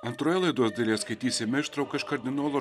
antroje laidos dalyje skaitysim ištrauką iš kardinolo